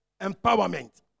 empowerment